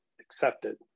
accepted